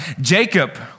Jacob